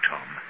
Tom